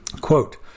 Quote